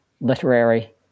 literary